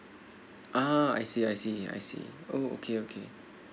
ah I see I see I see oh okay okay